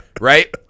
right